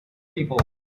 people